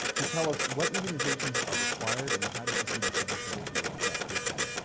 you tell us what immunizations are required and how does a student submit those to usf to attend?